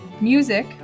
Music